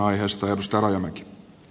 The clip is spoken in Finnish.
herra puhemies